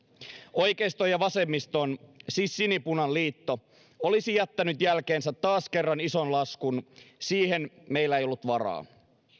oikeiston ja vasemmiston siis sinipunan liitto olisi jättänyt jälkeensä taas kerran ison laskun siihen meillä ei ollut varaa